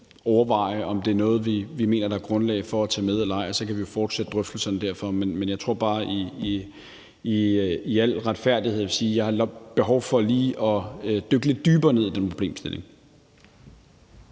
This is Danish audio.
overveje, om det er noget, vi mener der er grundlag for at tage med eller ej – og så kan vi fortsætte drøftelserne derfra. Men jeg tror bare i al retfærdighed, jeg vil sige, at jeg har behov for lige at dykke lidt dybere ned i den problemstilling.